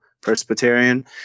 Presbyterian